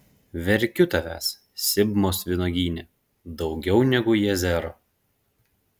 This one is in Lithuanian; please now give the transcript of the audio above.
verkiu tavęs sibmos vynuogyne daugiau negu jazero